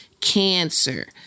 cancer